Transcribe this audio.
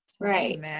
Right